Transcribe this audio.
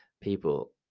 people